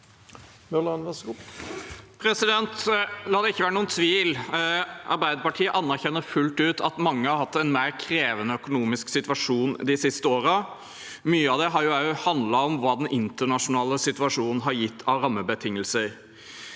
La det ikke være noen tvil: Arbeiderpartiet anerkjenner fullt ut at mange har hatt en mer krevende økonomisk situasjon de siste årene. Mye av det har handlet om hva den internasjonale situasjonen har gitt av rammebetingelser,